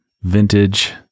Vintage